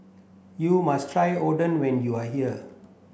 you must try Oden when you are here